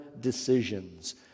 decisions